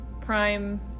Prime